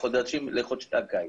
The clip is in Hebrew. לחודשי הקיץ.